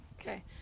Okay